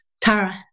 Tara